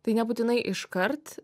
tai nebūtinai iškart